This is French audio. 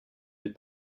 les